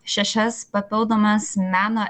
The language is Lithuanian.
šešias papildomas meno